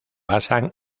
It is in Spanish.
basan